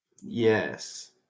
yes